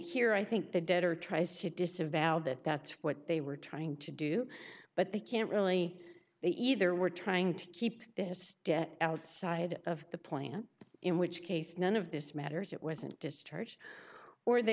here i think the debtor tries to disavow that that's what they were trying to do but they can't really they either were trying to keep this debt outside of the plan in which case none of this matters it wasn't discharge or they